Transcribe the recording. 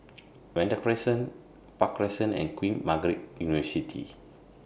Vanda Crescent Park Crescent and Queen Margaret University